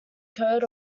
coat